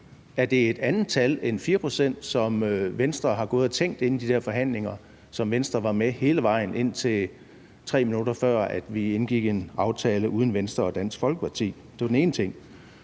Er det et andet tal end 4 pct., som Venstre har gået og tænkt på inden de der forhandlinger, som Venstre var med i hele vejen, indtil 3 minutter før vi indgik en aftale uden Venstre og Dansk Folkeparti? Det var den ene ting.